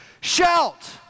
Shout